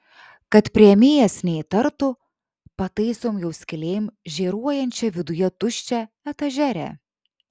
kad priėmėjas neįtartų pataisom jau skylėm žėruojančią viduje tuščią etažerę